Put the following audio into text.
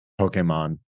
Pokemon